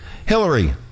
Hillary